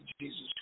Jesus